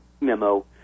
memo